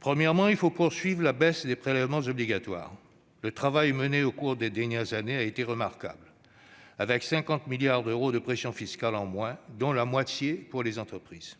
Premièrement, il faut poursuivre la baisse des prélèvements obligatoires. Le travail mené au cours des dernières années a été remarquable, avec 50 milliards d'euros de pression fiscale en moins, dont la moitié pour les entreprises.